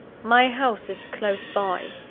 my house is close by,